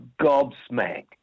gobsmacked